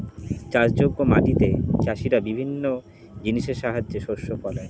চাষযোগ্য মাটিতে চাষীরা বিভিন্ন জিনিসের সাহায্যে শস্য ফলায়